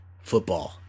football